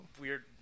weird